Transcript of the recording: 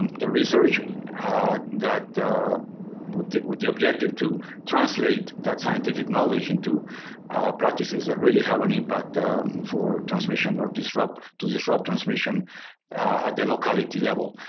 um the research and that with with the objective to translate that scientific knowledge into practices that really have an impact for transmission or disrupt to disrupt transmission at the locality level.